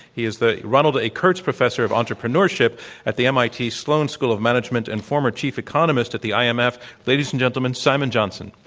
he is the ronald a. kurtz professor of entrepreneurship at the mit sloan school of management and former chief economist at the um imf. ladies and gentlemen, simon johnson.